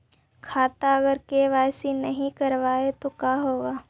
खाता अगर के.वाई.सी नही करबाए तो का होगा?